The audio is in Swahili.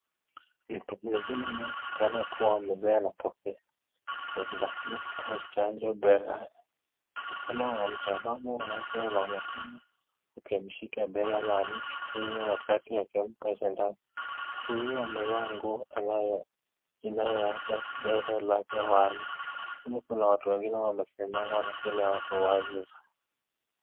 Mtu mzima anaonekana kuwa mzee anapokea sindano au chanjo begani. Mkono wa mtaalamu wa afya unaonekana kumshika bega la mtu huyo wakati akimpe sindano. Mtu huyo amevaa nguo ambayo inayowacha bega lake wazi. Nyuma kuna watu wengine wamesimama lakini hawako wazi sana.